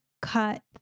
cut